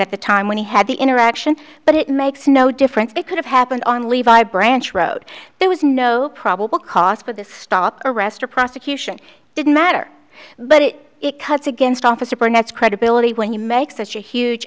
at the time when he had the interaction but it makes no difference they could have happened on levi branch road there was no probable cause for this stop arrest or prosecution didn't matter but it it cuts against officer burnett's credibility when you make such a huge